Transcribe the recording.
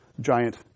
giant